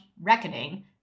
reckoning